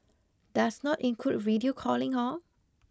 does not include video calling hor